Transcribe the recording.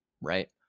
right